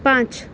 પાંચ